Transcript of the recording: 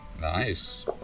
Nice